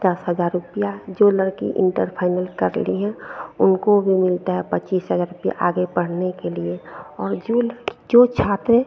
दस हज़ार रुपया जो लड़की इन्टर फाइनल कर ली हैं उनको भी मिलता है पच्चीस हज़ार रुपया आगे पढ़ने के लिए और जो लड़की जो छात्र